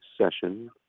session